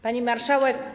Pani Marszałek!